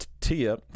Tia